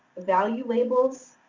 value labels